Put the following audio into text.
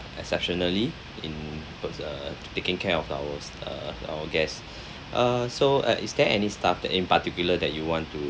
exceptionally in term of uh taking care of ours uh our guests uh so at is there any staff in particular that you want to